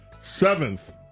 seventh